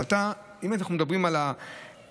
אבל אם אנחנו מדברים על האמון